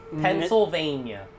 Pennsylvania